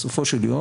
בסופו של יום,